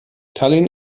tallinn